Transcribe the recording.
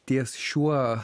ties šiuo